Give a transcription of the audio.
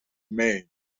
maine